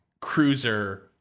cruiser